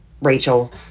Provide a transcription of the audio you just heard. Rachel